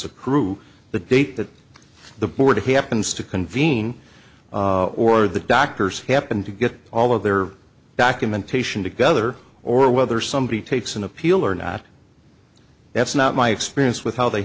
accrue the date that the board happens to convene or the doctors happen to get all of their documentation together or whether somebody takes an appeal or not that's not my experience with how they